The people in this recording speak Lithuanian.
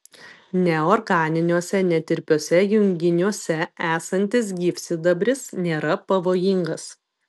neorganiniuose netirpiuose junginiuose esantis gyvsidabris nėra pavojingas